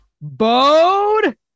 Bode